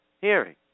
hearing